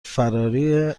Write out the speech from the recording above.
فراری